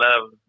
love